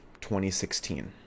2016